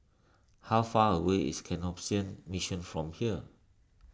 how far away is Canossian Mission from here